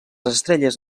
estrelles